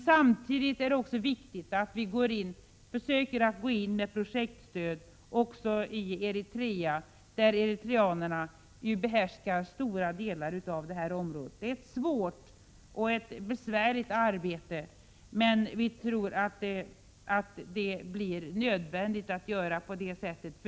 Samtidigt är det viktigt att vi försöker gå in med projektstöd i Eritrea, där eritreanerna behärskar stora delar av det aktuella området. Det är ett svårt och besvärligt arbete, men vi tror att det blir nödvändigt att göra på det sättet.